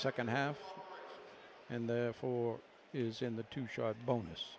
second half and therefore is in the two shot bonus